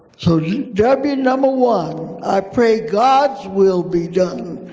so w number one, i pray god's will be done.